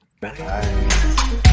Bye